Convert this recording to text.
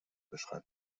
beschreibt